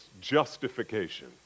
justification